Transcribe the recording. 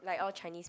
like all Chinese